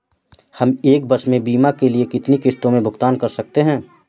हम एक वर्ष में बीमा के लिए कितनी किश्तों में भुगतान कर सकते हैं?